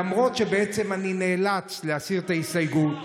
למרות שאני נאלץ להסיר את ההסתייגות,